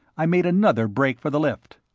i made another break for the lift.